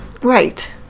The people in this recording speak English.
Right